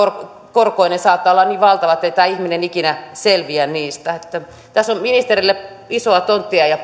korkoineen saattaa olla niin valtava ettei tämä ihminen ikinä selviä siitä tässä on ministerille isoa tonttia ja